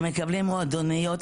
הם מקבלים מועדוניות,